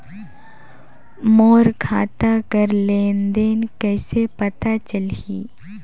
मोर खाता कर लेन देन कइसे पता चलही?